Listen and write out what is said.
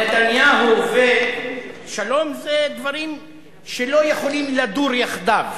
נתניהו ושלום זה דברים שלא יכולים לדור יחדיו.